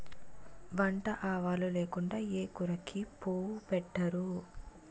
వంట ఆవాలు లేకుండా ఏ కూరకి పోపు పెట్టరు